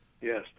Yes